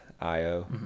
io